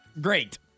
Great